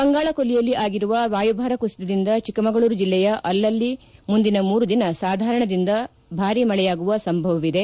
ಬಂಗಾಳ ಕೊಲ್ಲಿಯಲ್ಲಿ ಆಗಿರುವ ವಾಯುಭಾರ ಕುಸಿತದಿಂದ ಚಿಕ್ಕಮಗಳೂರು ಜಿಲ್ಲೆಯ ಅಲ್ಲಲ್ಲಿ ಮುಂದಿನ ಮೂರು ದಿನ ಸಾಧಾರಣದಿಂದ ಹೆಚ್ಚು ಮಳೆಯಾಗುವ ಸಂಭವವಿದೆ